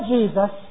Jesus